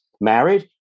married